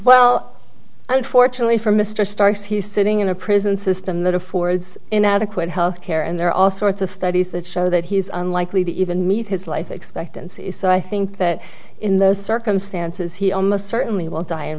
well unfortunately for mr starks he's sitting in a prison system that affords inadequate health care and there are all sorts of studies that show that he is unlikely to even meet his life expectancy is so i think that in those circumstances he almost certainly won't die in